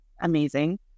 amazing